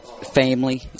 family